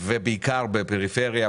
ובעיקר בפריפריה.